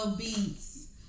beats